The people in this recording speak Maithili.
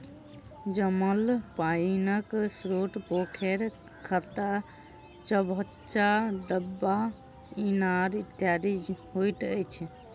जमल पाइनक स्रोत पोखैर, खत्ता, चभच्चा, डबरा, इनार इत्यादि होइत अछि